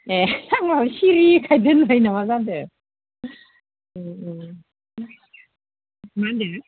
एह आंनाव सिरिखाय दोनबाय नामा जादों ओह ओह मा होनदों